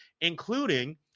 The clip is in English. including